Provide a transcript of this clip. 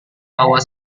bahwa